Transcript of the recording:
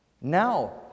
Now